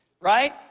right